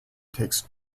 takes